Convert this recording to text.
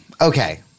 okay